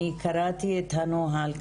קראתי את הנוהל,